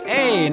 Hey